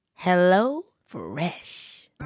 HelloFresh